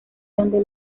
donde